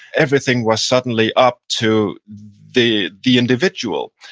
everything was suddenly up to the the individual,